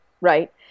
right